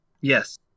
yes